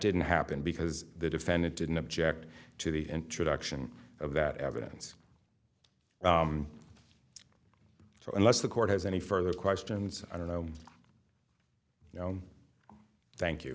didn't happen because the defendant didn't object to the introduction of that evidence so unless the court has any further questions i don't know you know thank you